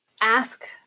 Ask